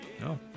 No